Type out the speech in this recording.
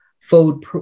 food